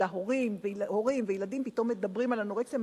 אלא הורים וילדים פתאום מדברים על אנורקסיה,